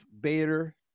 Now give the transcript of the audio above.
Bader